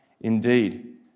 indeed